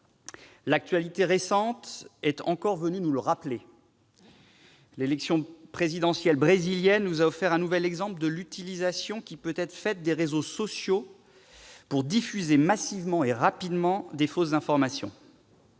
l'actualité récente nous l'a encore rappelé. L'élection présidentielle brésilienne nous a en effet offert un nouvel exemple de l'utilisation qui peut être faite des réseaux sociaux pour diffuser massivement, et rapidement, de fausses informations.